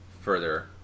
further